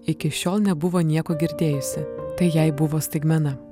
iki šiol nebuvo nieko girdėjusi tai jai buvo staigmena